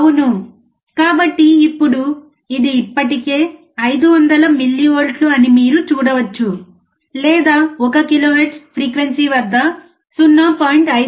అవును కాబట్టి ఇప్పుడు ఇది ఇప్పటికే 500 మిల్లీవోల్ట్లు అని మీరు చూడవచ్చు లేదా 1 కిలో హెర్ట్జ్ ఫ్రీక్వెన్సీ వద్ద 0